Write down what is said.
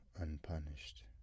unpunished